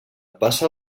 passa